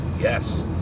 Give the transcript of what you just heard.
yes